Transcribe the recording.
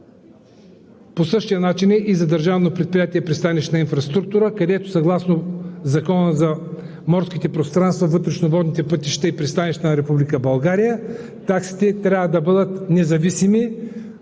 По същия начин е и за Държавно предприятие „Пристанищна инфраструктура“, където съгласно Закона за морските пространства, вътрешните водни пътища и пристанищата на Република България таксите трябва да бъдат независими,